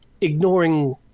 ignoring